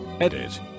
Edit